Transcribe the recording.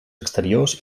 exteriors